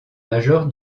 major